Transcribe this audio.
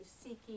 seeking